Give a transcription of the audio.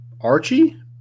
archie